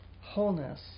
wholeness